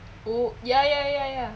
oh ya ya ya ya